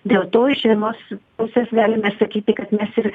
dėl to iš vienos pusės galime sakyti kad mes ir